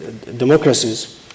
democracies